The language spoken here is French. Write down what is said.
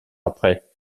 après